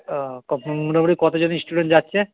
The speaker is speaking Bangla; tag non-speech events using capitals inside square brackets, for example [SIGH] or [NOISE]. ও [UNINTELLIGIBLE] মোটামুটি কত জন স্টুডেন্ট যাচ্ছে